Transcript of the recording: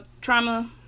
trauma